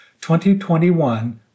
2021